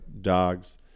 Dogs